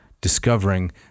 discovering